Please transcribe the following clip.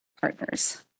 Partners